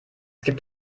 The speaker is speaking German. gibt